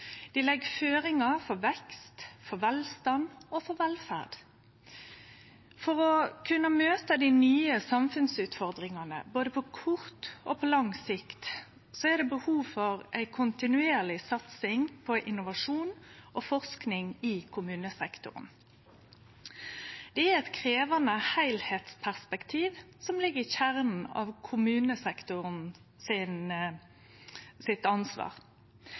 Dei legg føringar for vekst, for velstand og for velferd. For å kunne møte dei nye samfunnsutfordringane, både på kort og på lang sikt, er det behov for ei kontinuerleg satsing på innovasjon og forsking i kommunesektoren. Det er eit krevjande heilskapsperspektiv som ligg i kjernen av kommunesektoren sitt ansvar.